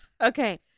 okay